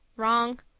wrong.